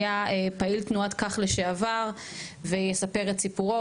שהיה פעיל תנועת כך לשעבר ויספר את סיפורו,